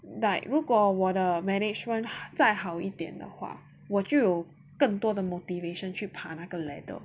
like 如果我的 management 再好一点的话我就更多地 motivation 去爬那个 ladder